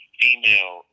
female